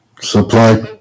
supply